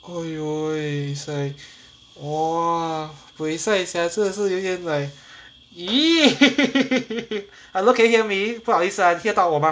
!aiyo! it's like !wah! bueh sai sia 真的是有点 like !ee! hello can you hear me 听得到我吗